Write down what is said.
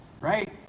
right